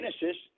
Genesis